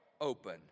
open